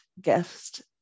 guest